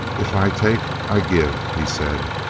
if i take i give, he said.